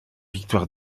victoire